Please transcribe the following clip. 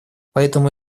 поэтому